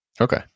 Okay